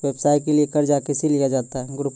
व्यवसाय के लिए कर्जा कैसे लिया जाता हैं?